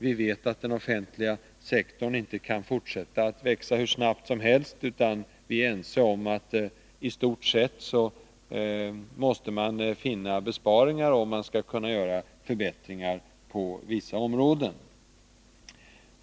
Vi vet att den offentliga sektorn inte kan fortsätta att växa hur snabbt som helst, utan vi är ense om att man i de flesta fall måste kunna göra besparingar på ett område, om man skall kunna göra förbättringar på ett annat område.